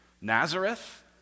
Nazareth